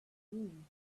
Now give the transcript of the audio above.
groom